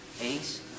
Ace